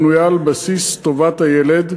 בנויה על בסיס טובת הילד,